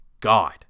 God